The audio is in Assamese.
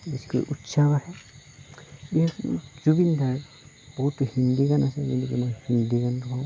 বেছিকৈ উৎসাহও আহে জুবিনদাৰ বহুতো হিন্দী গান আছে যেনেকৈ মই হিন্দী গানটো গাওঁ